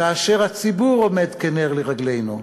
כאשר הציבור עומד כנר לרגלינו,